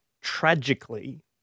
tragically